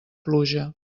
pluja